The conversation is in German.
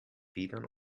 wlan